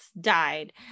died